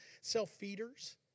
self-feeders